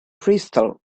crystal